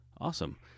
Awesome